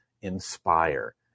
inspire